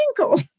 ankle